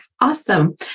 Awesome